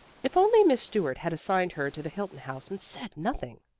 if only miss stuart had assigned her to the hilton house and said nothing!